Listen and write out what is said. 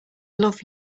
love